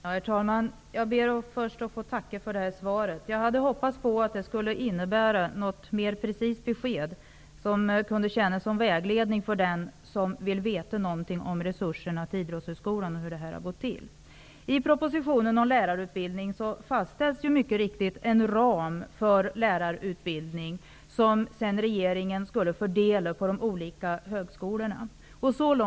Herr talman! Jag ber först att få tacka för svaret. Jag hade hoppats att svaret skulle innehålla ett något mer precist besked, vilket skulle kunna tjäna som vägledning för den som vill veta hur fördelningen av resurserna till Idrottshögskolan har gått till. I propositionen om lärarutbildning fastställs mycket riktigt en ram för lärarutbildningen. Sedan skall regeringen fördela till de olika högskolorna.